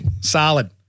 solid